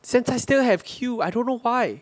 现在 still have queue I don't know why